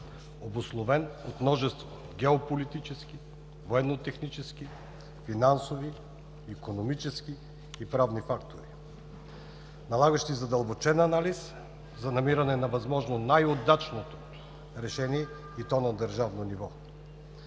обусловен от множество геополитически, военнотехнически, финансови, икономически и правни фактори, налагащи задълбочен анализ за намиране на възможно най-удачното решение и то на държавно ниво.